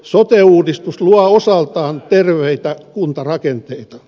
sote uudistus luo osaltaan terveitä kuntarakenteita